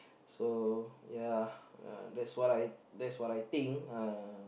so ya uh that's what I that's what I think uh